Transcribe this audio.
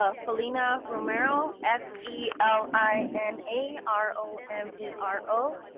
ah felina romero, f e l i n a r o m e r o.